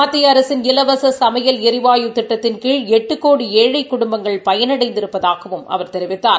மத்திய அரசின் இலவச சமையல் எரிவாயு திட்டத்தின் கீழ் எட்டு கோடி ஏழை குடும்பங்கள் பயனடைந்திருப்பதாகவும் அவர் தெரிவித்தார்